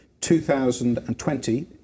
2020